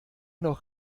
noch